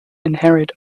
inherit